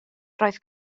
roedd